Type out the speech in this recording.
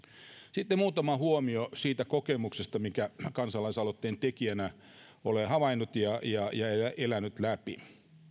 sitten muutama huomio siitä kokemuksesta minkä kansalaisaloitteen tekijänä olen havainnut ja ja elänyt läpi